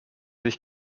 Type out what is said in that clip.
sich